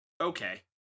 Okay